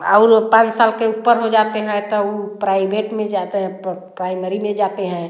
और पाँच साल के ऊपर हो जाते हैं तो वे प्राइबेट में जाते हैं प्राइमरी में जाते हैं